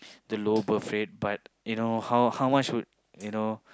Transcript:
the low birth rate but you know how how much would you know